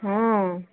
ହଁ